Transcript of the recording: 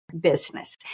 business